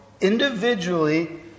Individually